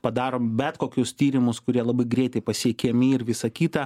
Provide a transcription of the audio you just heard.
padarom bet kokius tyrimus kurie labai greitai pasiekiami ir visa kita